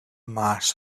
mass